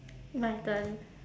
my turn